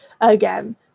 again